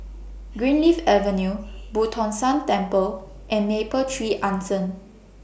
Greenleaf Avenue Boo Tong San Temple and Mapletree Anson